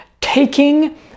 taking